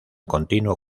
continuo